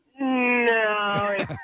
No